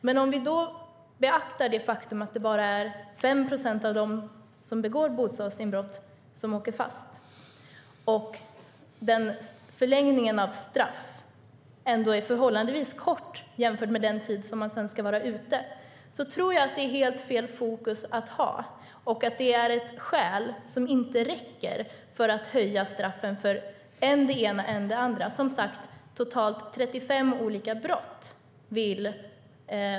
Men om vi beaktar det faktum att det är bara 5 procent av dem som begår bostadsinbrott som åker fast och att förlängningen av straff ändå är förhållandevis liten jämfört med den tid som man sedan ska vara ute, tror jag att detta är helt fel fokus och att det är ett skäl som inte räcker för att höja straffen för än det ena och än det andra.